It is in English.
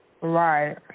Right